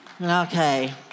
Okay